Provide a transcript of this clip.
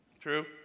True